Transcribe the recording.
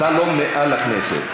אתה לא מעל הכנסת.